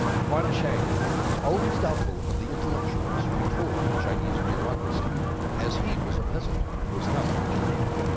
yuanzhang was always doubtful of the intellectuals who controlled the chinese bureaucracy as he was a peasant and was not educated.